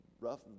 rough